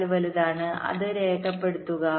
4 വലുതാണ് അത് രേഖപ്പെടുത്തുക